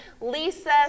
Lisa